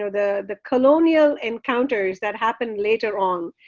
ah the the colonial encounters that happen later on,